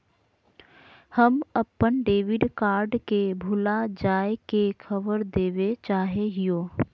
हम अप्पन debit card के भुला जाये के खबर देवे चाहे हियो